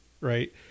right